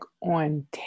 on